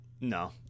no